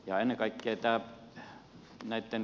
ennen kaikkea näitten